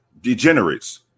degenerates